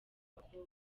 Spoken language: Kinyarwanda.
bakobwa